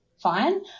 fine